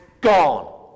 gone